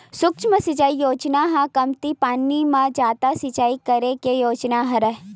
सुक्ष्म सिचई योजना ह कमती पानी म जादा सिचई करे के योजना हरय